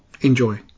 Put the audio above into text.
Enjoy